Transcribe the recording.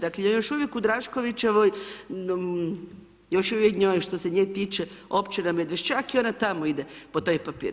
Dakle, još uvijek u Draškovićevoj, još uvijek njoj, što se nje tiče, općina Medvešćak i ona tamo ide po taj papir.